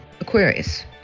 Aquarius